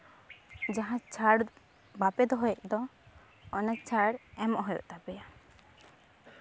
ᱡᱟᱦᱟᱸ ᱪᱷᱟᱲ ᱵᱟᱯᱮ ᱫᱚᱦᱚᱭᱮᱜ ᱫᱚ ᱚᱱᱟ ᱪᱷᱟᱲ ᱮᱢᱚᱜ ᱦᱩᱭᱩᱜ ᱛᱟᱯᱮᱭᱟ